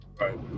Right